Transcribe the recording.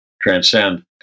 transcend